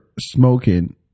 smoking